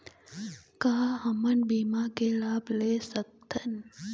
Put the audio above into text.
का हमन बीमा के लाभ ले सकथन?